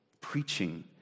preaching